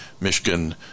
Michigan